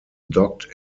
docked